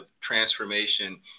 transformation –